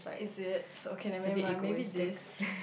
is it okay never mind maybe this